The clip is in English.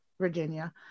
Virginia